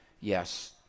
yes